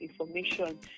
information